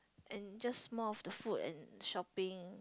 and just more of the food and shopping